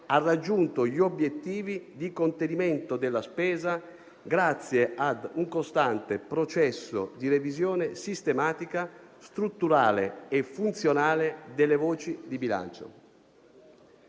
ha raggiunto gli obiettivi di contenimento della spesa, grazie ad un costante processo di revisione sistematica, strutturale e funzionale delle voci di bilancio.